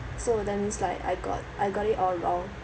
so that means like I got I got it all wrong